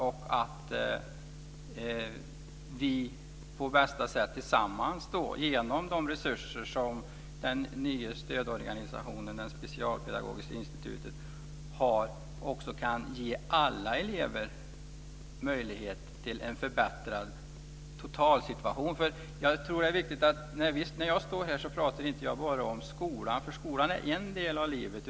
Då får vi på bästa sätt tillsammans, genom de resurser som den nya stödorganisationen, det specialpedagogiska institutet, har ge alla elever möjlighet till en förbättrad totalsituation. Jag tror att det är viktigt. När jag står här så pratar jag inte bara om skolan. Skolan är en del av livet.